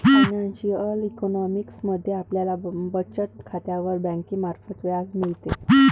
financial economics मध्ये आपल्याला बचत खात्यावर बँकेमार्फत व्याज मिळते